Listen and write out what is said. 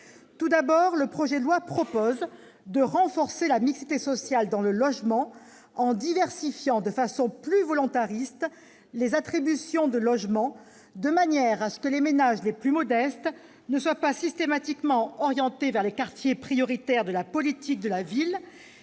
Tout d'abord, le projet de loi prévoit de renforcer la mixité sociale dans le logement en diversifiant de façon plus volontariste les attributions de logements, de manière que les ménages les plus modestes ne soient pas systématiquement orientés vers les quartiers prioritaires de la politique de la ville